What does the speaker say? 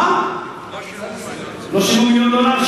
לא שילמו מיליון דולר?